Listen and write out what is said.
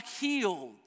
healed